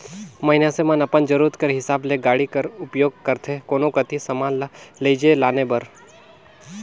मइनसे मन अपन जरूरत कर हिसाब ले गाड़ी कर उपियोग करथे कोनो कती समान ल लेइजे लाने बर